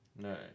No